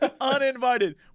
Uninvited